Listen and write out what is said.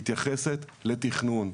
מתייחסת לתכנון.